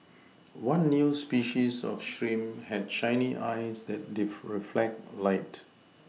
one new species of shrimp had shiny eyes that def reflect light